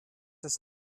das